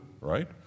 right